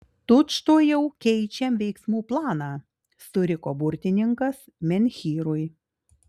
tučtuojau keičiam veiksmų planą suriko burtininkas menhyrui